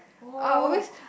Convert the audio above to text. oh